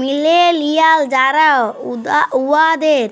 millennial যারা উয়াদের